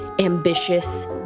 ambitious